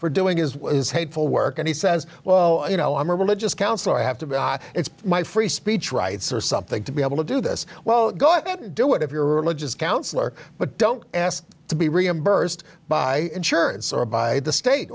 for doing as well as hateful work and he says well you know i'm a religious counselor i have to be it's my free speech rights or something to be able to do this well go ahead and do it if you're a religious counselor but don't ask to be reimbursed by insurance or by the state